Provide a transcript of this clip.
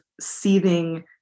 seething